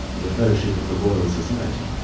the fellowship of the royal society,